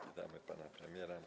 Witamy pana premiera.